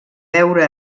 veure